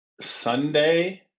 Sunday